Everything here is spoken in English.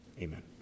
Amen